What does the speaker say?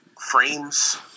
Frames